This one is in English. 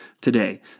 today